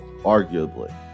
arguably